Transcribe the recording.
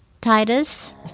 Titus